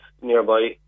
nearby